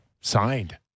signed